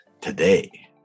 today